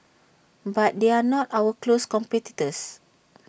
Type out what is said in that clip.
but they are not our close competitors